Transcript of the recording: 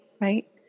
right